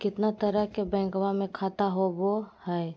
कितना तरह के बैंकवा में खाता होव हई?